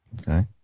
Okay